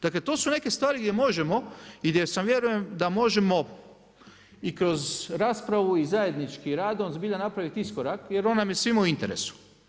Dakle, to su neke stvari gdje možemo i gdje vjerujem da možemo i kroz raspravu i zajedničkim radom zbilja napraviti iskorak jer on nam je svima u interesu.